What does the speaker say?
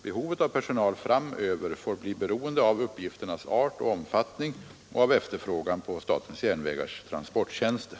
Behovet av personal framöver får bli beroende av uppgifternas art och omfattning och av efterfrågan på SJ:s transporttjänster.